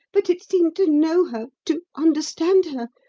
but it seemed to know her, to understand her,